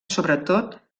sobretot